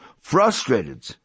frustrated